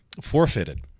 forfeited